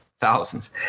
Thousands